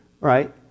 right